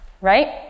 right